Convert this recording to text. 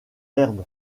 l’herbe